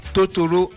Totoro